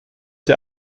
der